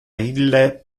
ille